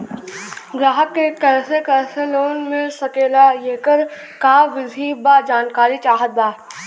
ग्राहक के कैसे कैसे लोन मिल सकेला येकर का विधि बा जानकारी चाहत बा?